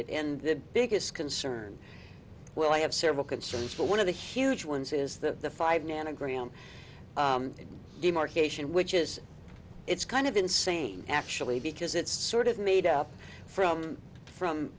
it in the biggest concern well i have several concerns but one of the huge ones is the five nandigram demarcation which is it's kind of insane actually because it's sort of made up from from